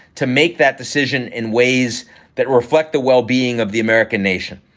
to make that decision in ways that reflect the well-being of the american nation.